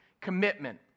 commitment